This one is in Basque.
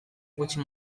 gutxi